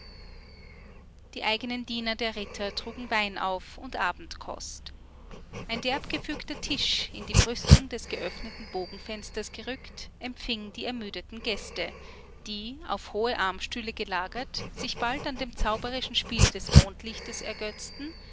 die eigenen diener der ritter trugen wein auf und abendkost ein derbgefügter tisch in die brüstung des geöffneten bogenfensters gerückt empfing die ermüdeten gäste die auf hohe armstühle gelagert sich bald an dem zauberischen spiele des mondlichtes ergötzten